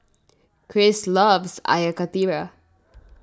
Chris loves Air Karthira